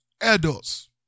adults